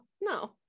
no